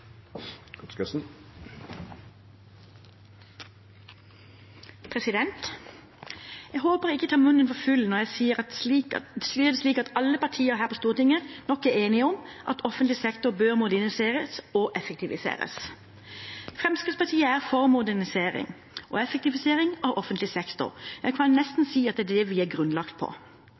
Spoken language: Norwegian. enkelte. Jeg håper jeg ikke tar munnen for full når jeg sier det slik at alle partier her på Stortinget nok er enige om at offentlig sektor bør moderniseres og effektiviseres. Fremskrittspartiet er for modernisering og effektivisering av offentlig sektor. En kan nesten si at det er det vi er grunnlagt på,